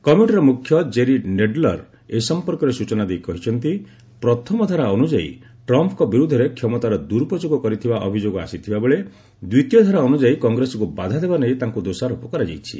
କମିଟିର ମୁଖ୍ୟ Jerry Nadler ଏ ସଂପର୍କରେ ସୂଚନା ଦେଇ କହିଛନ୍ତି ପ୍ରଥମ ଧାରା ଅନୁଯାୟୀ ଟ୍ରମ୍ପ୍ଙ୍କ ବିରୁଦ୍ଧରେ କ୍ଷମତାର ଦୁରୁପଯୋଗ କରିଥିବା ଅଭିଯୋଗ ଆସିଥିବା ବେଳେ ଦ୍ୱିତୀୟ ଧାରା ଅନୁଯାୟୀ କଂଗ୍ରେସକୁ ବାଧା ଦେବା ନେଇ ତାଙ୍କୁ ଦୋଷାରୋପ କରାଯାଇଛି